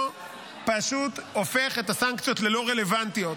פשוט הופך את הסנקציות ללא רלוונטיות.